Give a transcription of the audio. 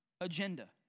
agenda